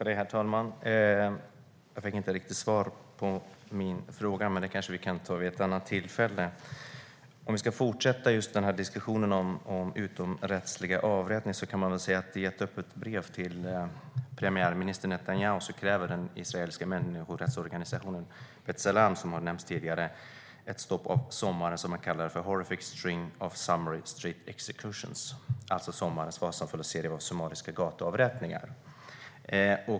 Herr talman! Jag fick inte riktigt svar på min fråga, men den kanske vi kan återkomma till vid ett annat tillfälle. När det gäller utomrättsliga avrättningar kräver den israeliska människorättsorganisationen B ́Tselem, som har nämnts här tidigare, i ett öppet brev till Netanyahu ett stopp av sommarens horrific string of summary street executions, alltså stopp för sommarens fasansfulla summariska gatuavrättningar.